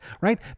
right